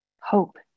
hope